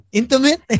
intimate